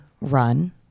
run